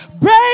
break